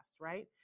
right